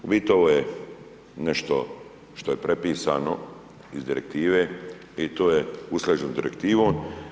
Vidite ovo je nešto što je prepisano iz direktive i to je usklađeno s direktivom.